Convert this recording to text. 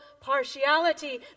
partiality